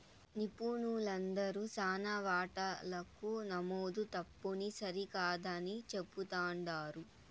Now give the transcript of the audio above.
నిపుణులందరూ శానా వాటాలకు నమోదు తప్పుని సరికాదని చెప్తుండారు